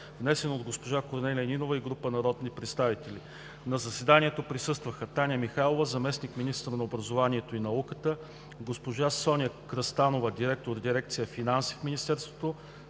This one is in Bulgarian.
внесен от госпожа Корнелия Нинова и група народни представители. На заседанието присъстваха Таня Михайлова – заместник-министър на образованието и науката, госпожа Соня Кръстанова директор Дирекция „Финанси“ в Министерство